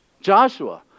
Joshua